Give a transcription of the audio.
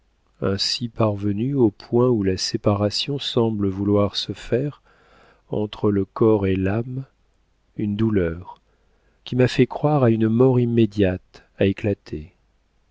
ainsi parvenue au point où la séparation semble vouloir se faire entre le corps et l'âme une douleur qui m'a fait croire à une mort immédiate a éclaté